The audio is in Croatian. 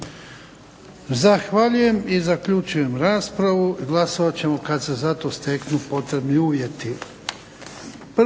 Zahvaljujem. I zaključujem raspravu. Glasovat ćemo kad se za to steknu potrebni uvjeti.